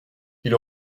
ils